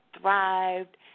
thrived